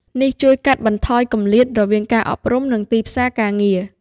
នេះជួយកាត់បន្ថយគម្លាតរវាងការអប់រំ និងទីផ្សារការងារ។